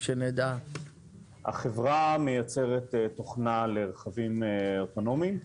החברה מייצרת תוכנה לרכבים אוטונומיים.